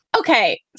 Okay